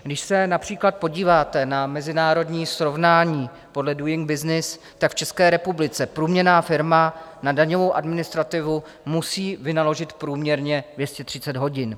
Když se například podíváte na mezinárodní srovnání podle Doing Business, tak v České republice průměrná firma na daňovou administrativu musí vynaložit průměrně 230 hodin.